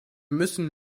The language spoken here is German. müssen